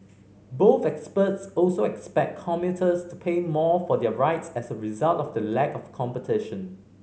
both experts also expect commuters to pay more for their rides as a result of the lack of competition